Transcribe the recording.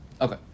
Okay